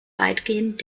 weitgehend